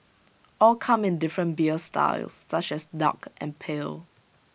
all come in different beer styles such as dark and pale